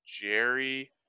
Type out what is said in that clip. Jerry